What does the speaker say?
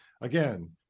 again